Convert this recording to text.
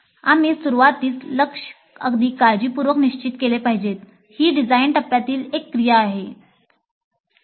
आम्ही सुरुवातीस लक्ष्य अगदी काळजीपूर्वक निश्चित केले पाहिजेत ही रचनात्मक टप्प्यातील एक क्रिया आहे